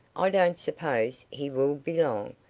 i don't suppose he will be long.